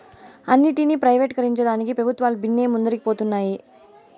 అన్నింటినీ ప్రైవేటీకరించేదానికి పెబుత్వాలు బిన్నే ముందరికి పోతన్నాయి